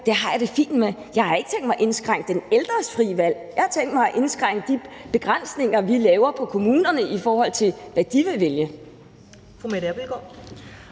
har jeg det fint med det. Jeg har ikke tænkt mig at indskrænke den ældres frie valg; jeg har tænkt mig at indskrænke de begrænsninger, vi laver på kommunerne, i forhold til hvad de vil vælge. Kl.